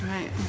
Right